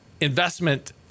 investment